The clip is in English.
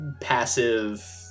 passive